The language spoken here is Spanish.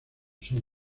son